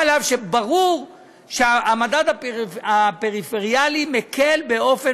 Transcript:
אף שברור שהמדד הפריפריאלי מקל באופן